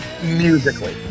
Musically